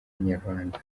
inyarwanda